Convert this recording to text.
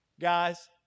guys